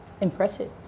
impressive